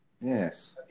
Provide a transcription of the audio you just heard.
Yes